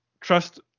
trust